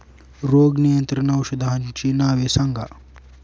रोग नियंत्रण औषधांची नावे सांगा?